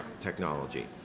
technology